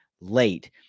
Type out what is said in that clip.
late